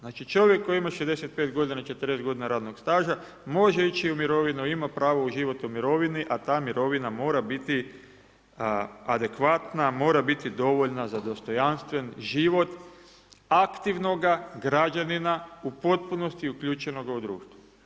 Znači čovjek koji ima 65 g. 40 g. radnoga staža, može ići u mirovinu, ima pravo uživati u mirovini, a ta mirovina mora biti adekvatna, mora biti dovoljna za dostojanstven život aktivnoga građanina u potpunosti uključenoga u društvu.